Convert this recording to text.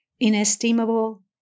Inestimable